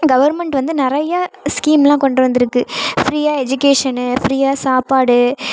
government வந்து நிறைய ஸ்கீம்லாம் கொண்டு வந்திருக்கு ஃப்ரீயாக எஜிகேஷன்னு ஃப்ரீயாக சாப்பாடு